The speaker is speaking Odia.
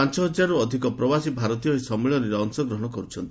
ପାଞ୍ଚ ହଜାରରୁ ଅଧିକ ପ୍ରବାସୀ ଭାରତୀୟ ଏହି ସମ୍ମିଳନୀରେ ଅଂଶଗ୍ରହଣ କରୁଛନ୍ତି